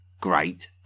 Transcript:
great